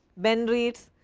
ben reads,